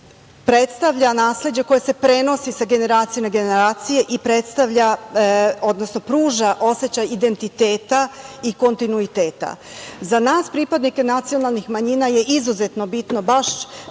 predstavlja nasleđe koje se prenosi sa generacije na generaciju i predstavlja, odnosno pruža osećaj identiteta i kontinuiteta. Za nas, pripadnike nacionalnih manjina je izuzetno bitno baš